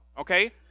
okay